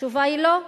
התשובה היא לא.